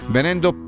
Venendo